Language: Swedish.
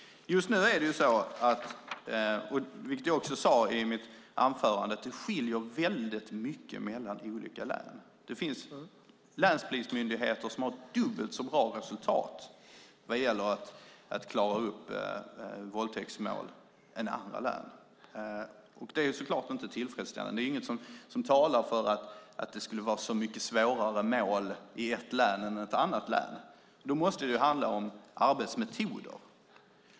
Just nu är det så, vilket jag sade i mitt anförande, att det skiljer väldigt mycket mellan olika län. Det finns länspolismyndigheter som har dubbelt så bra resultat vad gäller att klara upp våldtäktsmål som andra län, och det är så klart inte tillfredsställande. Det är inget som talar för att det skulle vara så mycket svårare mål i ett län än i ett annat län. Då måste det handla om arbetsmetoder.